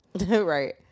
right